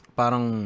parang